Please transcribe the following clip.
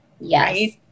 Yes